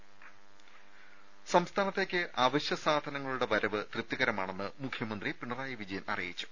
ഥഥ സംസ്ഥാനത്തേക്ക് അവശ്യ സാധനങ്ങളുടെ വരവ് തൃപ്തികരമാണെന്ന് മുഖ്യമന്ത്രി പിണറായി വിജയൻ അറിയിച്ചു